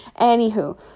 anywho